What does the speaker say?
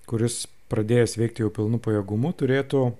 kuris pradėjęs veikti jau pilnu pajėgumu turėtų